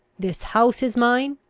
this house is mine,